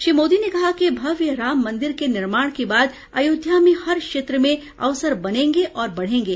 श्री मोदी ने कहा कि भव्य राम मन्दिर के निर्माण के बाद अयोध्या में हर क्षेत्र में अवसर बनेंगे और बढेंगे